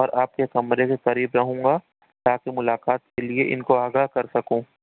اور آپ کے کمرے کے قریب رہوں گا تاکہ ملاقات کے لیے ان کو آگاہ کر سکوں